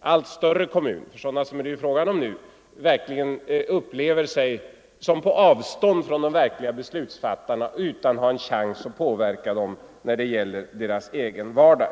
allt större kommun =— det är ju sådana det är fråga om nu — verkligen upplever sig stå på avstånd från de verkliga beslutsfattarna utan att ha en chans till påverkan när det gäller sin egen vardag.